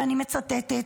ואני מצטטת,